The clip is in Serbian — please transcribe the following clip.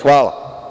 Hvala.